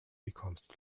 becomes